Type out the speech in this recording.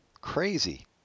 crazy